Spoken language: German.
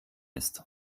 ist